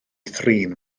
thrin